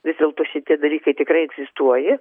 vis dėlto šitie dalykai tikrai egzistuoja